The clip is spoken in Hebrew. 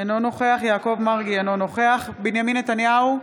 אינו נוכח יעקב מרגי, אינו נוכח בנימין נתניהו,